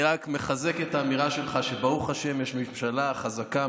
אני רק מחזק את האמירה שלך שברוך השם יש ממשלה חזקה,